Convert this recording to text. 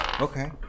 Okay